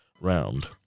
round